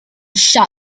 shut